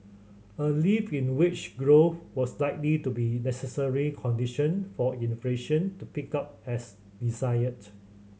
a lift in wage growth was likely to be a necessary condition for inflation to pick up as desired